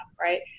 right